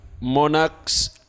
monarchs